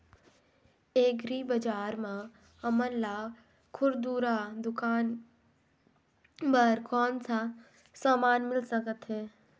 Agri बजार म हमन ला खुरदुरा दुकान बर कौन का समान मिल सकत हे?